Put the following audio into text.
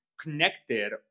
connected